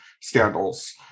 scandals